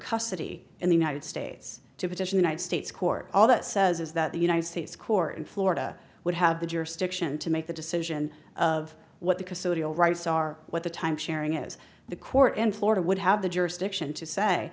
custody in the united states to petition united states court all that says is that the united states court in florida would have the jurisdiction to make the decision of what the custodial rights are what the timesharing is the court in florida would have the jurisdiction to say